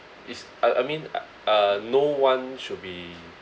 it's I I mean uh no one should be